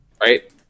right